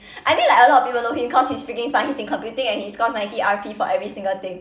I mean like a lot of people know him cause he's freaking smart he's in computing and he scores ninety R_P for every single thing